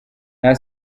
nta